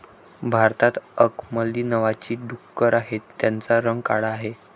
भारतात अंकमली नावाची डुकरं आहेत, त्यांचा रंग काळा आहे